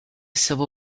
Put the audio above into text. civil